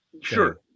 Sure